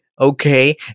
Okay